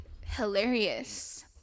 hilarious